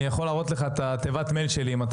אני יכול להראות לך את תיבת המייל שלי אם אתה